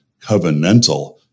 covenantal